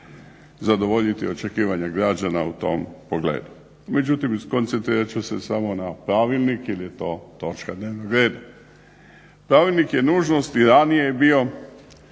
zadovoljiti očekivanja građana u tom pogledu. Međutim, skoncentrirat ću se samo na Pravilnik jer je to točka dnevnog reda. Pravilnik je nužnost i ranije je